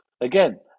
again